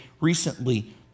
recently